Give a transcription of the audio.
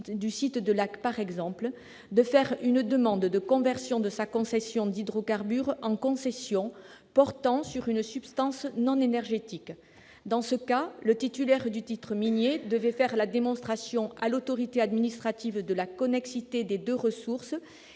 du site de Lacq, par exemple -, de faire une demande de conversion de sa concession d'hydrocarbures en concession portant sur une substance non énergétique. Dans ce cas, le titulaire du titre minier devait faire la démonstration à l'autorité administrative de la connexité des deux ressources